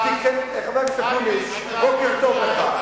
חבר הכנסת אקוניס, בוקר טוב לך.